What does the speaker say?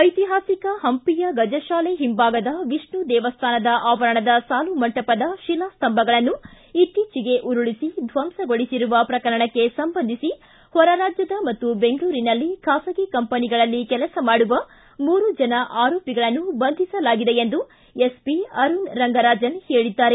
ಐತಿಹಾಸಿಕ ಹಂಪಿಯ ಗಜಶಾಲೆ ಹಿಂಭಾಗದ ವಿಷ್ಣು ದೇವಸ್ಥಾನದ ಆವರಣದ ಸಾಲು ಮಂಟಪದ ಶಿಲಾ ಸ್ಥಭಂಗಳನ್ನು ಇತ್ತೀಚೆಗೆ ಉರುಳಿಸಿ ದ್ವಂಸಗೊಳಿಸಿರುವ ಪ್ರಕರಣಕ್ಕೆ ಸಂಬಂಧಿಸಿ ಹೊರ ರಾಜ್ಯದ ಮತ್ತು ಬೆಂಗಳೂರಿನಲ್ಲಿ ಖಾಸಗಿ ಕಂಪನಿಗಳಲ್ಲಿ ಕೆಲಸ ಮಾಡುವ ಮೂರು ಜನ ಆರೋಪಿಗಳನ್ನು ಬಂಧಿಸಲಾಗಿದೆ ಎಂದು ಎಸ್ಸಿ ಅರುಣ್ ರಂಗರಾಜನ್ ಹೇಳಿದ್ದಾರೆ